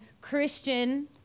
Christian